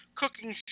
cooking